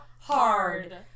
Hard